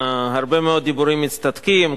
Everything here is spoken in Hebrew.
הרבה מאוד דיבורים מצטדקים.